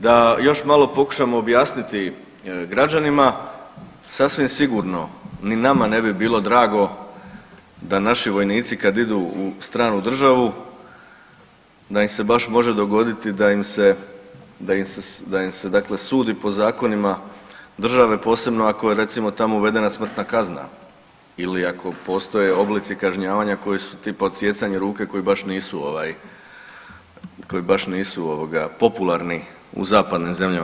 Da još malo pokušam objasniti građanima, sasvim sigurno ni nama ne bi bilo drago da naši vojnici kad idu u stranu državu, da im se baš može dogoditi da im se, da im se dakle sudi po zakonima države, posebno, ako je recimo, tamo uvedena smrtna kazna ili ako postoje oblici kažnjavanja koji su, tipa, odsijecanje ruke koji baš nisu, ovaj, koji baš nisu ovoga, popularni u zapadnim zemljama.